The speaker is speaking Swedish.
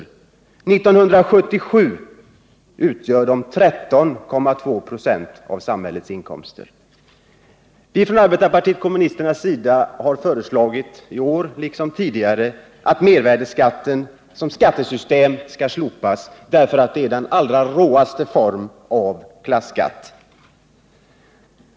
År 1977 utgör den 13,2 26 av samhällets inkomster. Vi från arbetarpartiet kommunisterna har i år, liksom tidigare, föreslagit att mervärdeskatten som skattesystem skall slopas därför att det är den allra råaste form av klasskatt.